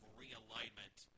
realignment